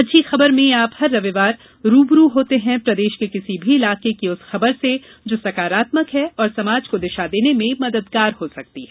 अच्छी खबर में आप हर रविवार रू ब रू होते हैं प्रदेश के किसी भी इलाके की उस खबर से जो सकारात्मक है और समाज को दिशा देने में मददगार हो सकती है